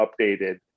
updated